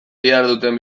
diharduten